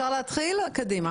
טובים.